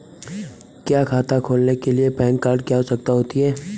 क्या खाता खोलने के लिए पैन कार्ड की आवश्यकता होती है?